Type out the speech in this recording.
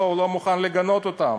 לא,